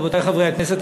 רבותי חברי הכנסת,